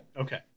Okay